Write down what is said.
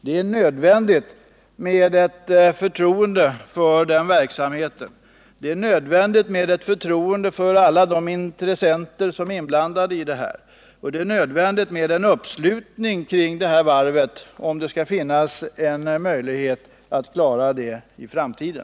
Det är nödvändigt med förtroende för verksamheten och för alla inblandade intressenter, och det är nödvändigt med en uppslutning kring varvet, om det skall kunna klaras i framtiden.